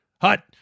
hut